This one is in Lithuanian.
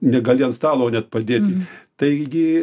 negali ant stalo net padėti taigi